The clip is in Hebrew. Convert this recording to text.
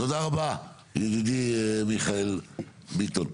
תודה רבה ידידי מיכאל ביטון.